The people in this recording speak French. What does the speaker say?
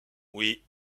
oui